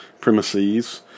premises